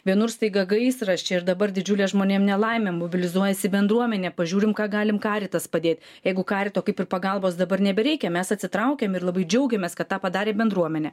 vienur staiga gaisras čia ir dabar didžiulė žmonėm nelaimė mobilizuojasi bendruomenė pažiūrim ką galim karitas padėt jeigu karito kaip ir pagalbos dabar nebereikia mes atsitraukiam ir labai džiaugiamės kad tą padarė bendruomenė